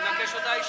מקומך לא בכנסת ישראל.